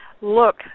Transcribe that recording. look